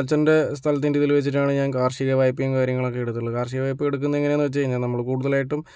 അച്ഛൻ്റെ സ്ഥലത്തിൻ്റെ ഇതിൽ വെച്ചിട്ടാണ് ഞാൻ കാർഷിക വായ്പയും കാര്യങ്ങളൊക്കെ എടുത്തിട്ടുള്ളത് കാർഷിക വായ്പ എടുക്കുന്നത് എങ്ങനെയാണെന്നു വെച്ചു കഴിഞ്ഞാൽ നമ്മൾ കൂടുതലായിട്ടും